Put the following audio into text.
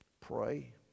pray